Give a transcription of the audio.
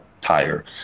tire